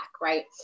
right